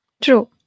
true